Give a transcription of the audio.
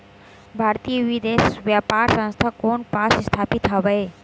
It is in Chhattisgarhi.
भारतीय विदेश व्यापार संस्था कोन पास स्थापित हवएं?